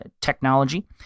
technology